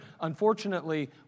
unfortunately